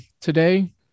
Today